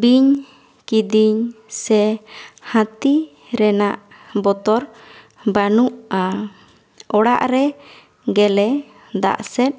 ᱵᱤᱧ ᱠᱤᱫᱤᱧ ᱥᱮ ᱦᱟᱹᱛᱤ ᱨᱮᱱᱟᱜ ᱵᱚᱛᱚᱨ ᱵᱟᱹᱱᱩᱜᱼᱟ ᱚᱲᱟᱜ ᱨᱮ ᱜᱮᱞᱮ ᱫᱟᱜ ᱥᱮᱫ